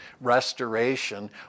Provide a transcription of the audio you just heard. restoration